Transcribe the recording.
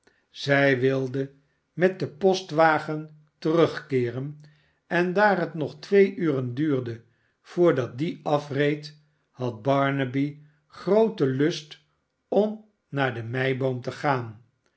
zij wilde met den postwagen terugkeeren en daar het nog twee uren duurde voordat die afreed had barnaby grooten lust om naar de meiboom te gaan